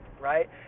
right